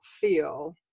feel